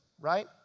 right